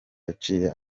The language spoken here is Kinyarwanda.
yaciye